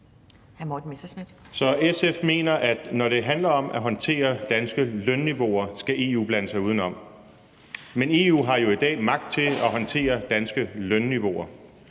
SF mener, at når det handler om at håndtere danske lønniveauer, skal EU blande sig uden om. Men EU har jo i dag magt til at håndtere danske lønniveauer,